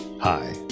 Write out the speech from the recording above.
Hi